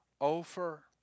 over